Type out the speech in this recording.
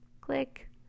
Click